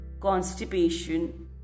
constipation